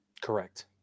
Correct